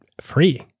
free